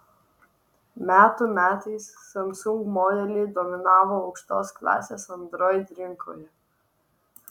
metų metais samsung modeliai dominavo aukštos klasės android rinkoje